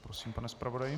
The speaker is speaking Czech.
Prosím, pane zpravodaji.